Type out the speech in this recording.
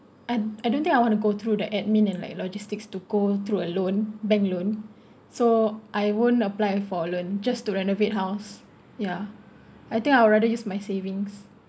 I I don't think I want to go through that admin and like logistics to go through a loan bank loan so I won't apply for loan just to renovate house ya I think I would rather use my savings